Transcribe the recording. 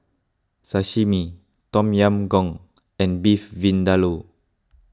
Sashimi Tom Yam Goong and Beef Vindaloo